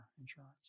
insurance